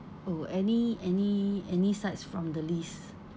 oh any any any sides from the list